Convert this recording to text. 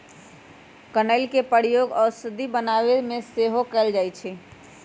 कनइल के प्रयोग औषधि बनाबे में सेहो कएल जाइ छइ